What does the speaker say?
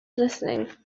listening